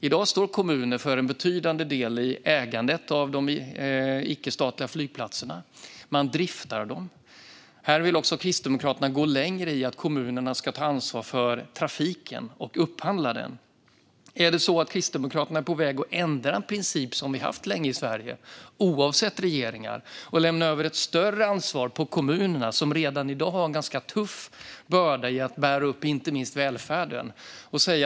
I dag står kommuner för en betydande del av ägandet av de icke-statliga flygplatserna. Man driftar dem. Kristdemokraterna vill gå längre i fråga om att kommunerna ska ta ansvar för trafiken och upphandla den. Är Kristdemokraterna på väg att ändra en princip som vi haft länge i Sverige, oavsett regering, och lägga över ett större ansvar på kommunerna? De har redan i dag en ganska tung börda att bära, inte minst när det gäller välfärden.